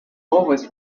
always